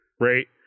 right